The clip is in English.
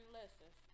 lessons